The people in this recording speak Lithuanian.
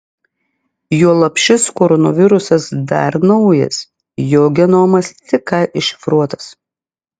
juolab šis koronavirusas dar naujas jo genomas tik ką iššifruotas